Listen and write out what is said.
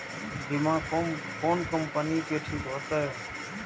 बीमा कोन कम्पनी के ठीक होते?